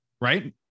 Right